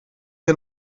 wir